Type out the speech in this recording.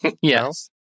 Yes